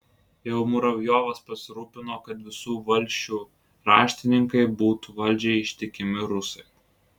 jau muravjovas pasirūpino kad visų valsčių raštininkai būtų valdžiai ištikimi rusai